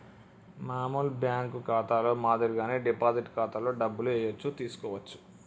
మామూలు బ్యేంకు ఖాతాలో మాదిరిగానే డిపాజిట్ ఖాతాలో డబ్బులు ఏయచ్చు తీసుకోవచ్చు